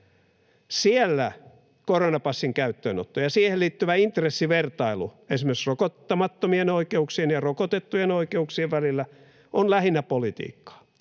Siellä koronapassin käyttöönotto ja siihen liittyvä intressivertailu esimerkiksi rokottamattomien oikeuksien ja rokotettujen oikeuksien välillä on lähinnä politiikkaa,